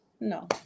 No